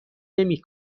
نمی